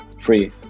free